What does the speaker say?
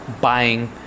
buying